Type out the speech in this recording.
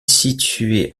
situé